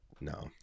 No